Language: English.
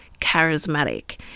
charismatic